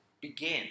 begin